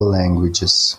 languages